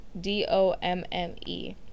D-O-M-M-E